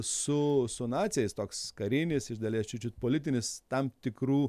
su su naciais toks karinis iš dalies čiut čiut politinis tam tikrų